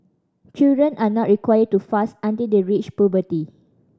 children are not required to fast until they reach puberty